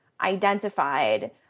identified